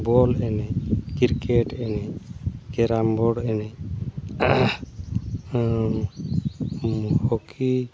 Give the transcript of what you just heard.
ᱵᱚᱞ ᱮᱱᱮᱡ ᱠᱨᱤᱠᱮᱴ ᱮᱱᱮᱡ ᱠᱮᱨᱟᱢᱵᱳᱲ ᱮᱱᱮᱡ ᱦᱚᱠᱤ